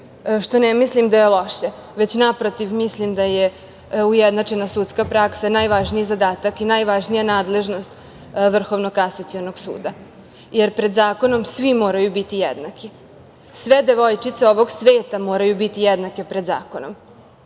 što ne mislim da je loše, već naprotiv, mislim da je ujednačena sudska praksa najvažniji zadatak i najvažnija nadležnost Vrhovnog kasacionog suda, jer pred zakonom svi moraju biti jednaki. Sve devojčice ovog sveta moraju biti jednake pred zakonom,